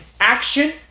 action